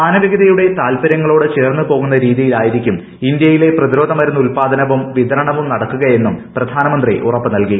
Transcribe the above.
മാനവികതയുടെ താൽപര്യങ്ങളോട് ചേർന്നു പോകുന്ന രീതിയിലായിരിക്കും ഇന്ത്യയിലെ പ്രതിരോധമരുന്ന് ഉൽപാദനവും വിതരണവും നടക്കുകഎന്നും പ്രധാനമന്തി ഉറപ്പ് നൽകി